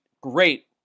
great